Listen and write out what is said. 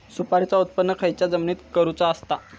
सुपारीचा उत्त्पन खयच्या जमिनीत करूचा असता?